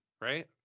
right